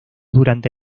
durante